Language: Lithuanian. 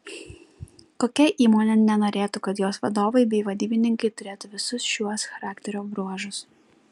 kokia įmonė nenorėtų kad jos vadovai bei vadybininkai turėtų visus šiuos charakterio bruožus